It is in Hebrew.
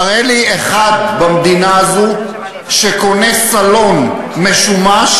תראה לי אחד במדינה הזאת שקונה סלון משומש